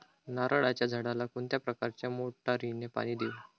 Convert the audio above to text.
नारळाच्या झाडाला कोणत्या प्रकारच्या मोटारीने पाणी देऊ?